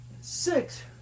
six